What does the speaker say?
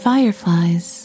fireflies